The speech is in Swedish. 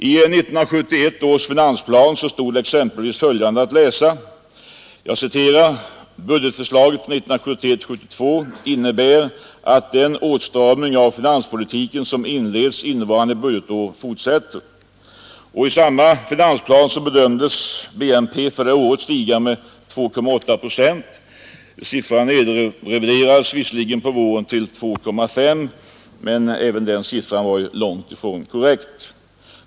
I 1971 års finansplan stod exempelvis följande att läsa: ”Budgetförslaget för 1971/72 innebär att den åtstramning av finanspolitiken som inleds innevarande budgetår fortsätter.” Och i samma finansplan bedömdes BNP för det året stiga med 2,8 procent. Siffran reviderades visserligen på våren till 2,5 procent, men även den siffran var ju långtifrån korrekt.